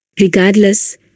Regardless